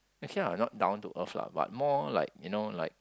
actually I not down to earth lah but more like you know like